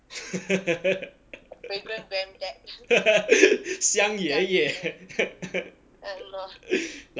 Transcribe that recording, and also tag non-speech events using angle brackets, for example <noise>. <laughs> 香爷爷 <laughs>